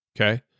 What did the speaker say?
okay